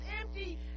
empty